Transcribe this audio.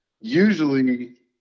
Usually